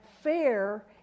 Fair